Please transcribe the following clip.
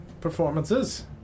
Performances